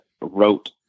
wrote